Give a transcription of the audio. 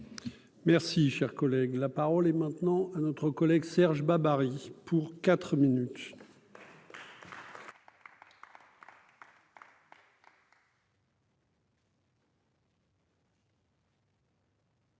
Merci, cher collègue, la parole est maintenant à notre collègue Serge Babary pour 4 minutes.